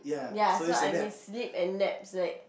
ya so I miss sleep and naps like